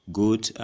good